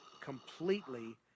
completely